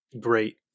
Great